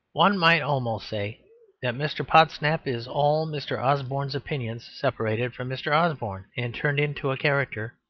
one might almost say that mr. podsnap is all mr. osborne's opinions separated from mr. osborne and turned into a character.